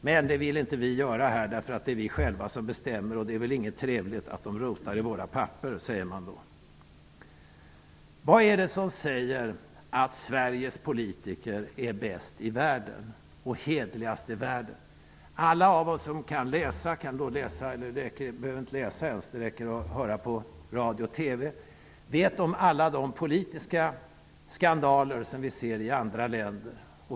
Men det vill inte vi politiker göra här, eftersom det är vi själva som bestämmer. Det är inte trevligt om det rotas i våra papper. Vad är det som säger att Sveriges politiker är bäst och hederligast i världen? Alla av oss som kan läsa eller lyssnar på radio eller TV får reda på politiska skandaler i andra länder.